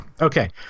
Okay